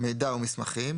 מידע ומסמכים,